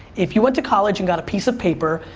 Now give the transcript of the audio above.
if you went to college and got a piece of paper,